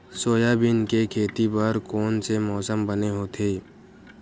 Soybean के खेती बर कोन से मौसम बने होथे?